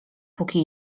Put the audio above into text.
póki